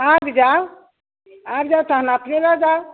आबि जाउ आबि जाउ तहन अपने लऽ जाउ